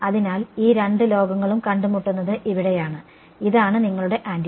അതിനാൽ ഈ രണ്ട് ലോകങ്ങളും കണ്ടുമുട്ടുന്നത് ഇവിടെയാണ് ഇതാണ് നിങ്ങളുടെ ആന്റിന